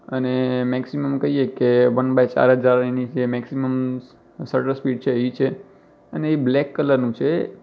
અને મૅક્સિમમ કહીએ કે વન બાય ચાર હજારની એની જે મૅક્સિમમ શટર સ્પીડ છે એ છે અને એ બ્લૅક કલરનું છે